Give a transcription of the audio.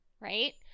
right